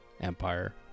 empire